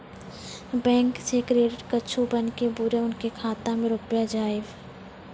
Bank से credit card बन के बुरे उनके खाता मे रुपिया जाएब?